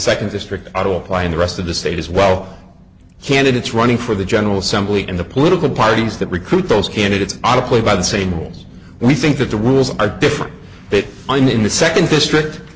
second district i do apply in the rest of the state as well candidates running for the general assembly and the political parties that recruit those candidates are to play by the same rules we think that the rules are different and in the second district